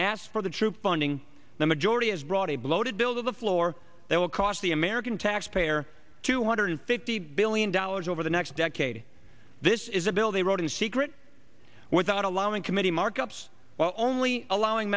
asked for the troop funding the majority has brought a bloated bill to the floor that will cost the american taxpayer two hundred fifty billion dollars over the next decade this is a bill they wrote in secret without allowing committee markups while only allowing